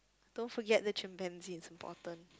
don't forget the chimpanzee it's important